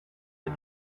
the